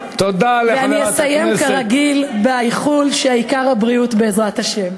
ואני אסיים כרגיל באיחול שהעיקר הבריאות בעזרת השם.